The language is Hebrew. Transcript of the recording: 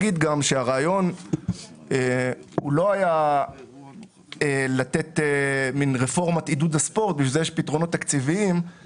הרעיון לא היה לתת רפורמת עידוד הספורט לכן יש פתרונות תקציביים,